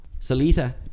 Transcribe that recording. Salita